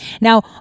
Now